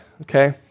okay